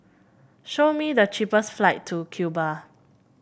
show me the cheapest flight to Cuba